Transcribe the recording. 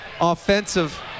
offensive